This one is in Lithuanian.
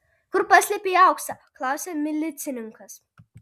kur paslėpei auksą klausia milicininkas